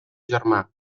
germà